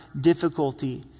difficulty